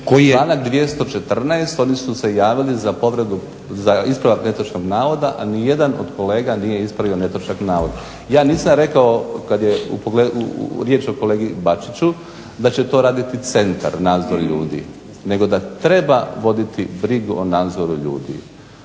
Članak 214., oni su se javili za ispravak netočnog navoda, a nijedan od kolega nije ispravio netočan navod. Ja nisam rekao kad je riječ o kolegi Bačiću da će to raditi centar nadzor ljudi nego da treba voditi brigu o nadzoru ljudi.